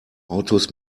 autos